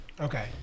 Okay